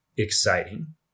Exciting